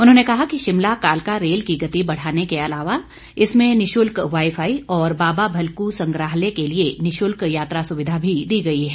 उन्होंने कहा कि शिमला कालका रेल की गति बढ़ाने के अलावा इसमें निशुल्क वाई फाई और बाबा भलकू संग्राहलय के लिए निशुल्क यात्रा सुविधा भी दी गई है